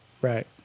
right